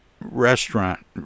restaurant